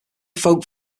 folk